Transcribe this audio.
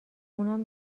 اونم